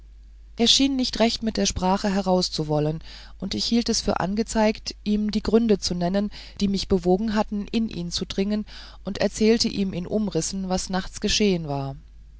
er schien nicht recht mit der sprache heraus zu wollen und ich hielt es für angezeigt ihm die gründe zu nennen die mich bewogen hatten in ihn zu dringen und erzählte ihm in umrissen was nachts geschehen war